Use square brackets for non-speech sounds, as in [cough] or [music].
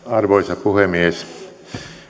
[unintelligible] arvoisa puhemies olen